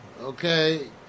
Okay